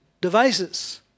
devices